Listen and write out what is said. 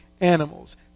animals